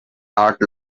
not